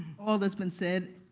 all that's been said,